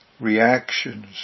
reactions